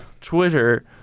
Twitter